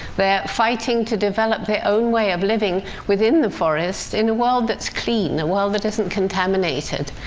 they're fighting to develop their own way of living within the forest in a world that's clean, a world that isn't contaminated,